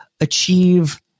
achieve